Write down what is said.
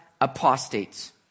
apostates